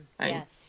Yes